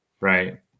Right